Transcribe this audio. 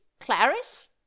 Clarice